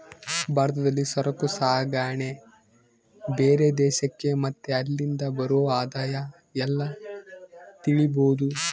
ಭಾರತದಲ್ಲಿ ಸರಕು ಸಾಗಣೆ ಬೇರೆ ದೇಶಕ್ಕೆ ಮತ್ತೆ ಅಲ್ಲಿಂದ ಬರೋ ಆದಾಯ ಎಲ್ಲ ತಿಳಿಬೋದು